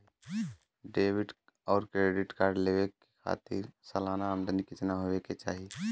Debit और credit card लेवे के खातिर सलाना आमदनी कितना हो ये के चाही?